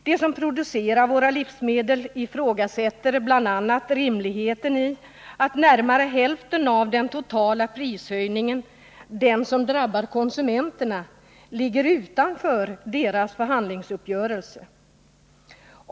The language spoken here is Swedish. De som producerar våra livsmedel ifrågasätter bl.a. rimligheten i att närmare hälften av den totala prishöjning som drabbar konsumenterna ligger utanför deras förhandlingsuppgörelse.